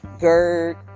GERD